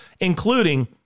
including